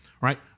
Right